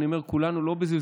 ואני אומר "כולנו" לא בזלזול,